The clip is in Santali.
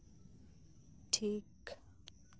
ᱴᱷᱤᱠ